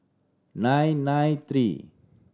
nine nine three